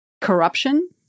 corruption